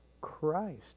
Christ